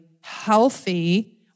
healthy